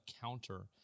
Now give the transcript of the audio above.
counter